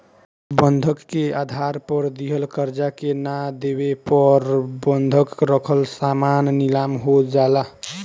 बंधक के आधार पर दिहल कर्जा के ना देवे पर बंधक रखल सामान नीलाम हो जाला